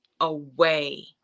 away